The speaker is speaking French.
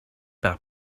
par